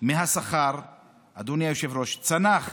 מהשכר צנח